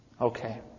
Okay